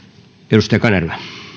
arvoisa puhemies